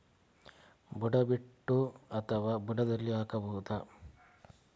ಬುಡ ಬಿಟ್ಟು ಅಥವಾ ಬುಡದಲ್ಲಿ ಹಾಕಬಹುದಾ?